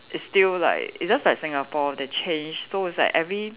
it's still like it's just like Singapore the change so it's like every